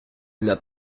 для